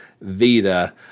Vita